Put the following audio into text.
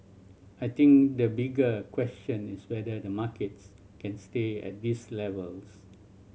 I think the bigger question is whether the markets can stay at these levels